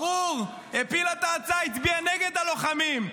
ברור, הפילה את ההצעה, הצביעה נגד הלוחמים.